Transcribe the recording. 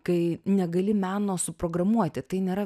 kai negali meno suprogramuoti tai nėra